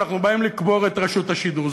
אנחנו באים לקבור את רשות השידור.